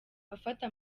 afata